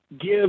give